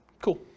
Cool